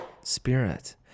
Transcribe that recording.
spirit